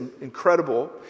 incredible